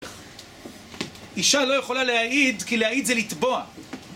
אישה לא יכולה להעיד כי להעיד זה לתבוע